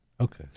Okay